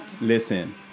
Listen